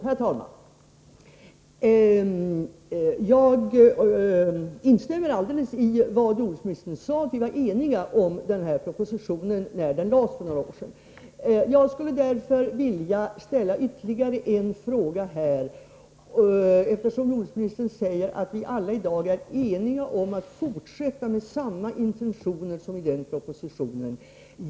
Herr talman! Jag instämmer helt i vad jordbruksministern sade om att vi var eniga om propositionen, när den lades fram för några år sedan. Jag skulle därför vilja ställa ytterligare en fråga, eftersom jordbruksministern sade att vi alla i dag är eniga om att fortsätta med samma intentioner som i den propositionen.